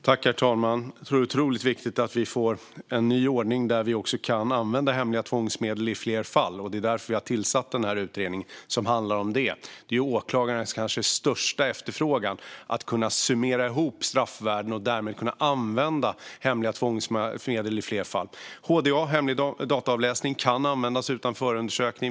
Herr talman! Det är otroligt viktigt att vi får en ny ordning där vi kan använda hemliga tvångsmedel i fler fall. Det är därför vi har tillsatt utredningen. Åklagare efterfrågar möjligheten att kunna summera ihop straffvärden och därmed kunna använda hemliga tvångsmedel i fler fall. HDA, hemlig dataavläsning, kan användas utan förundersökning.